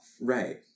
Right